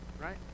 Right